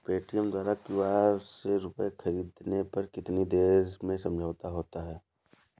Paytm द्वारा QR से रूपए ख़रीदने पर कितनी देर में समझौता होता है?